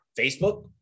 Facebook